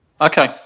okay